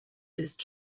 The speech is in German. ist